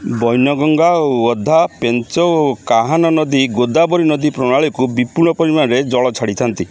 ବୈନଗଙ୍ଗା ୱାର୍ଧା ପେଞ୍ଚ ଓ କାହ୍ନନ୍ ନଦୀ ଗୋଦାବରୀ ନଦୀ ପ୍ରଣାଳୀକୁ ବିପୁଳ ପରିମାଣର ଜଳ ଛାଡ଼ିଥାନ୍ତି